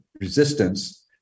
resistance